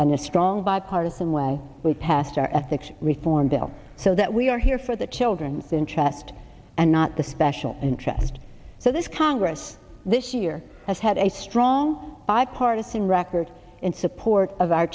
and the strong bipartisan way we passed our ethics reform bill so that we are here for the children the interest and not the special interest so this congress this year has had a strong bipartisan record in support of our